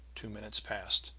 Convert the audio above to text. two minutes passed,